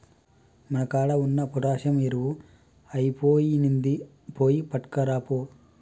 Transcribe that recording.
మన కాడ ఉన్న పొటాషియం ఎరువు ఐపొయినింది, పోయి పట్కరాపో